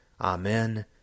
Amen